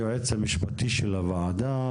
היועץ המשפטי של הוועדה,